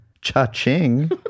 Cha-ching